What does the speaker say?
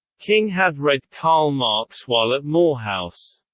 king had read karl marx while at morehouse.